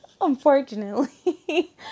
unfortunately